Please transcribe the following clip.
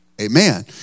Amen